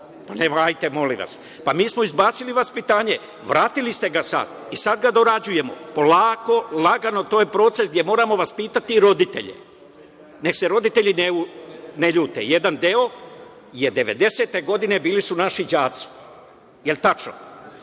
pa ajte, molim vas. Mi smo izbacili vaspitanje, vratili ste ga sad i sad ga dorađujemo. Polako, lagano, to je proces, jer moramo vaspitati roditelje. Nek se roditelji ne ljute, jedan deo devedesete godine bili su naši đaci. Da li je tačno?